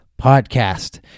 podcast